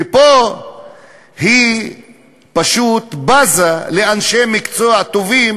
ופה היא פשוט בזה לאנשי מקצוע טובים